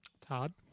Todd